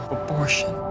abortion